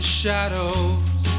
shadows